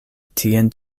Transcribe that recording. tien